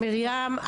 מרים,